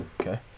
Okay